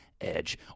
edge